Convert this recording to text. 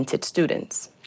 students